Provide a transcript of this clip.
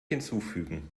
hinzufügen